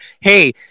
hey